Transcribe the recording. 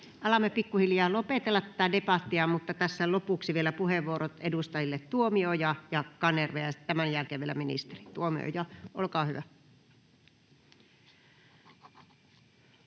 Alamme pikkuhiljaa lopetella tätä debattia, mutta tässä lopuksi vielä puheenvuorot edustajille Tuomioja ja Kanerva, ja tämän jälkeen vielä ministeri. — Tuomioja, olkaa hyvä.